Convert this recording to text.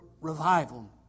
revival